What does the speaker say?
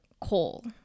coal